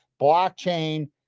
blockchain